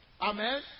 Amen